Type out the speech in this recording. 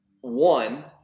one